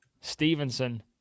Stevenson